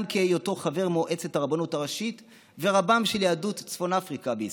גם בהיותו חבר מועצת הרבנות הראשית ורבם של יהדות צפון אפריקה בישראל.